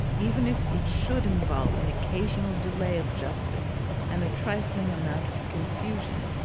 even if it should involve an occasional delay of justice and a trifling amount of confusion,